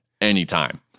anytime